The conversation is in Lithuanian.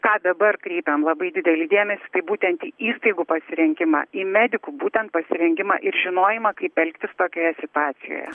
ką dabar kreipiam labai didelį dėmesį tai būtent į įstaigų pasirinkimą į medikų būtent pasirengimą ir žinojimą kaip elgtis tokioje situacijoje